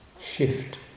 shift